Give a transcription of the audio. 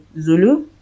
Zulu